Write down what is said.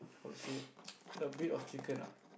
how to say a bit of chicken ah